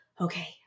okay